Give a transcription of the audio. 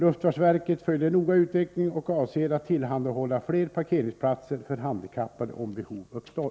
Luftfartsverket följer noga utvecklingen och avser att tillhandahålla fler parkeringsplatser för handikappade om behov uppstår.